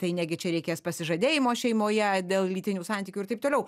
tai negi čia reikės pasižadėjimo šeimoje dėl lytinių santykių ir taip toliau